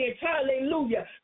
Hallelujah